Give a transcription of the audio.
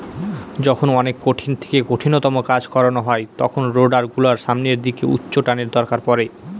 যখন অনেক কঠিন থেকে কঠিনতম কাজ করানো হয় তখন রোডার গুলোর সামনের দিকে উচ্চটানের দরকার পড়ে